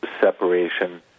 separation